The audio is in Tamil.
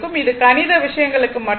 இது கணித விஷயங்களுக்கு மட்டுமே